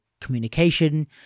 communication